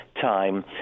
time